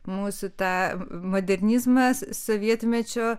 mūsų tą modernizmas sovietmečio